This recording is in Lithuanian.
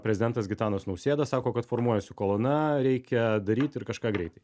prezidentas gitanas nausėda sako kad formuojasi kolona reikia daryti ir kažką greitai